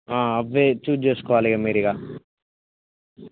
అవి చూజ్ చేసుకోవాలి ఇక మీరు ఇక